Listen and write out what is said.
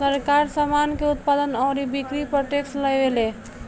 सरकार, सामान के उत्पादन अउरी बिक्री पर टैक्स लेवेले